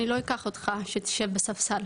אני לא אקח אותך שתשב בספסל